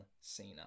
Cena